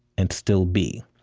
and still be.